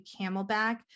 Camelback